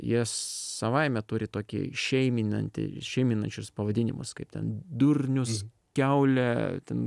jie savaime turi tokį šeiminantį šeiminančius pavadinimus kaip ten durnius kiaulė ten